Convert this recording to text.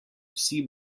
vsi